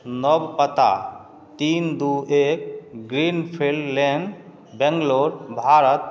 नव पता तीन दू एक ग्रीनफील्ड लेन बैंगलोर भारत